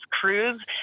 cruise